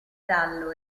stallo